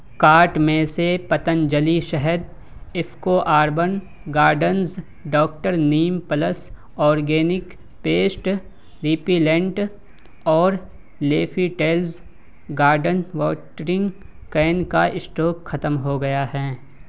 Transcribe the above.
cart میں سے پتنجلی شہد IFFCO urban gardens doctor neem plus organic pest repellent اور leafy tales garden watering can کا اشٹاک ختم ہو گیا ہیں